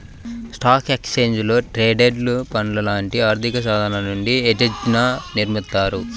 స్టాక్లు, exchange traded ఫండ్లు లాంటి ఆర్థికసాధనాల నుండి హెడ్జ్ని నిర్మిత్తారు